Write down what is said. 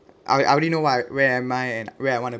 I I only know what where am I where I want to